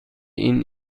این